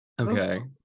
Okay